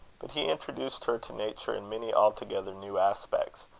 but he introduced her to nature in many altogether new aspects,